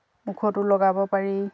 মুখতো লগাব পাৰি